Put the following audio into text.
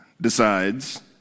decides